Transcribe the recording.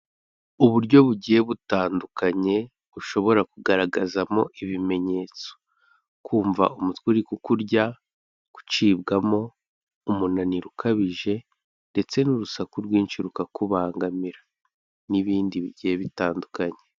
Uburyo bugiye butandukanye ushobora kugaragazamo ibimenyetso, kumva umutwe uri ku kurya, gucibwamo, umunaniro ukabije ndetse n'urusaku rwinshi rukakubangamira n'ibindi bigiye bitandukanye.